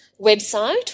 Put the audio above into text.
website